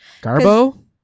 Garbo